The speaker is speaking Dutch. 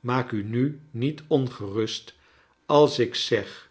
maak u nu niet ongerust als ik zeg